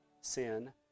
sin